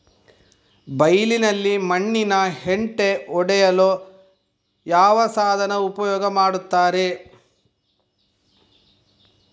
ಬೈಲಿನಲ್ಲಿ ಮಣ್ಣಿನ ಹೆಂಟೆ ಒಡೆಯಲು ಯಾವ ಸಾಧನ ಉಪಯೋಗ ಮಾಡುತ್ತಾರೆ?